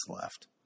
left